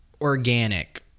organic